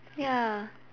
ya